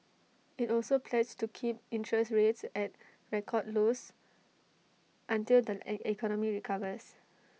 IT also pledged to keep interest rates at record lows until the economy recovers